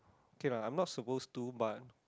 okay lah I'm not supposed to but